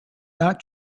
not